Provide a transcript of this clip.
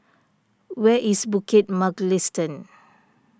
where is Bukit Mugliston